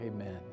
Amen